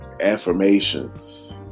affirmations